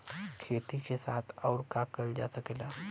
खेती के साथ अउर का कइल जा सकेला?